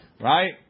right